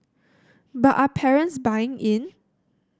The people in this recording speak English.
but are parents buying in